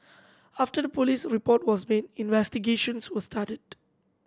after the police report was made investigations were started